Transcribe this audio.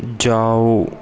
जाओ